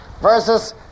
versus